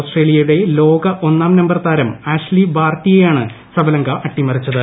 ഓസ്ട്രേലിയയുടെ ലോക ഒന്നാം മ്പർ താരം അഷ്ലി ബാർട്ടിയെയാണ് സബലങ്ക അട്ടിമറിച്ചത്